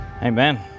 Amen